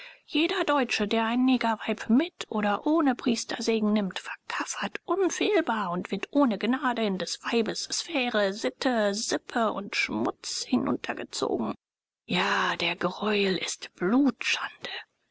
jeder deutsche der ein negerweib mit oder ohne priestersegen nimmt verkaffert unfehlbar und wird ohne gnade in des weibes sphäre sitte sippe und schmutz hinuntergezogen ja der greuel ist